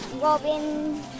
robin